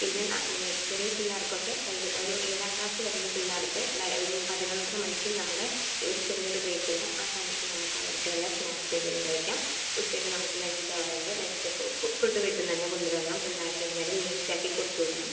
പിന്നെ ചെറിയ പിള്ളാർക്ക് ഒക്കെ ഒരു ഏഴാം ക്ലാസ് വരെയുള്ള പിള്ളാർക്ക് ഒരു പതിനൊന്നര മണിക്ക് നമ്മുടെ ഒരു ചെറിയൊരു ബ്രേക്ക് ഉണ്ട് ആ സമയത്ത് നമുക്ക് അവർക്ക് വല്ല സ്നാക്ക്സ് എന്തെങ്കിലും കഴിക്കാം ഉച്ചയ്ക്ക് നമുക്ക് ലഞ്ച് ഹവർ ഉണ്ട് ലഞ്ച് ഒക്കെ ഫുഡ്ഡ് വീട്ടിൽ നിന്നുതന്നെ കൊണ്ടുവരണം പിള്ളേർക്ക് എന്തായാലും നീറ്റ് ആക്കി കൊടുത്തു വിടണം